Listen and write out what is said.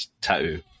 tattoo